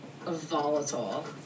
volatile